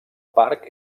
parc